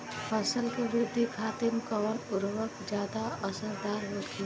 फसल के वृद्धि खातिन कवन उर्वरक ज्यादा असरदार होखि?